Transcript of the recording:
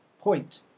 point